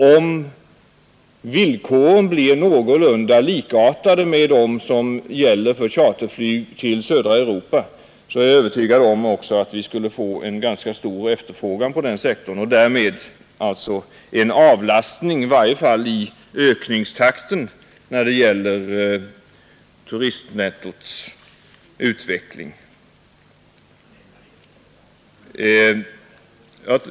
Om villkoren blir någorlunda likartade med dem som gäller för charterflyg till södra Europa, är jag övertygad om att vi skulle få en ganska stor efterfrågan på den sektorn och därmed en avlastning i varje fall i ökningstakten när det gäller turistnettots negativa utveckling.